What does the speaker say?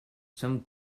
some